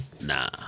Nah